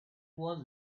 was